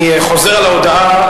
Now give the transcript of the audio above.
אני חוזר על ההודעה,